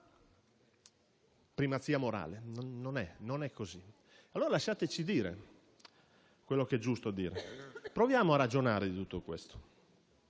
primazia morale. Non è così. Allora lasciateci dire quello che è giusto dire e proviamo a ragionare di tutto questo.